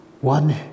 one